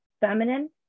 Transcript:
feminine